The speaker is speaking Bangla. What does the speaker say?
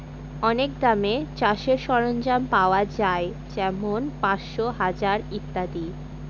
অনেক দামে চাষের সরঞ্জাম পাওয়া যাই যেমন পাঁচশো, হাজার ইত্যাদি